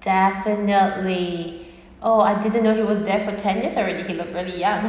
definitely oh I didn't know he was there for ten years already he look really young